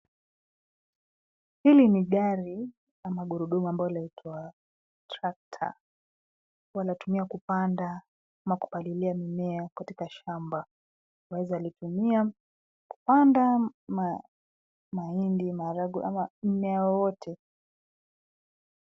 Hili ni gari ama gurudumu ambao laitwa (cs) tractor (cs). Wanatumia kupanda ama kupalilia mimea katika shamba. Waeza litumia kupanda mahindi maharagwe ama mmea wowote.